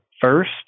first